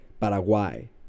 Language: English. Paraguay